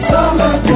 Summer